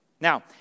Now